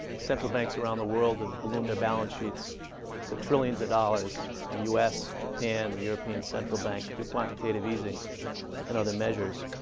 central banks around the world have ballooned their balance sheets to trillions of dollars, the us, japan, the european central bank through quantitative easing and other measures.